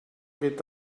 geht